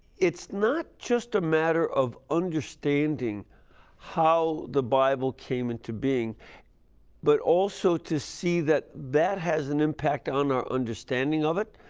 it's not just a matter of understanding how the bible came into being but also, to see that that has an impact on our understanding of it.